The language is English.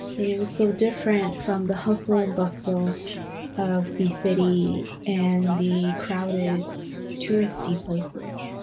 and it was so different from the hustle and bustle of the city and the crowded touristy places.